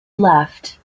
left